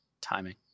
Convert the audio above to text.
timing